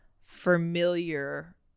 familiar